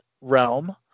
realm